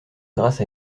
grâce